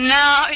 now